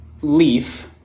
leaf